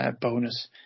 bonus